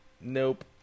Nope